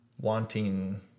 wanting